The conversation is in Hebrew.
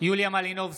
יוליה מלינובסקי,